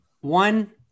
One